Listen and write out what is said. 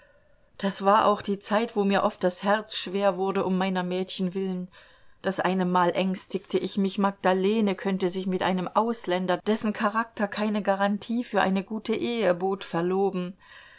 das war auch die zeit wo mir oft das herz schwer wurde um meiner mädchen willen das eine mal ängstigte ich mich magdalene könne sich mit einem ausländer dessen charakter keine garantie für eine gute ehe bot verloben